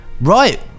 right